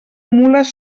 mules